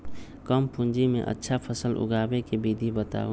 कम पूंजी में अच्छा फसल उगाबे के विधि बताउ?